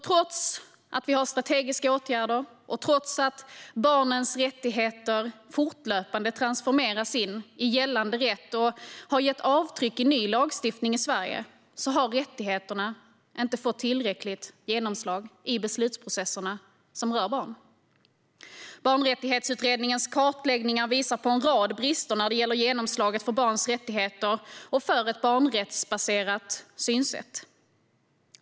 Trots att det finns strategiska åtgärder, och trots att barns rättigheter fortlöpande transformerats in i gällande rätt och har gett avtryck i ny lagstiftning i Sverige, har rättigheterna inte fått tillräckligt genomslag i beslutsprocesserna som rör barn. Barnrättighetsutredningens kartläggningar visar på en rad brister när det gäller genomslaget för barns rättigheter och för ett barnrättsbaserat synsätt.